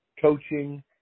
coaching